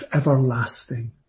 everlasting